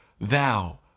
Thou